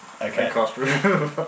Okay